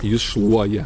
jis šluoja